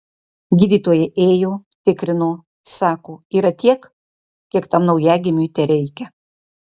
gydytojai ėjo tikrino sako yra tiek kiek tam naujagimiui tereikia